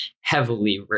heavily